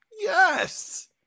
Yes